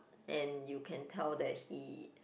and you can tell that he